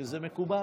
שזה מקובל.